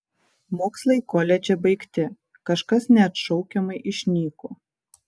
mokslai koledže baigti kažkas neatšaukiamai išnyko